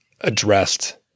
addressed